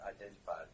identified